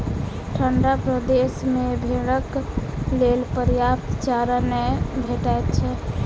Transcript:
ठंढा प्रदेश मे भेंड़क लेल पर्याप्त चारा नै भेटैत छै